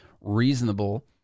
reasonable